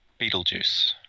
Beetlejuice